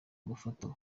gufata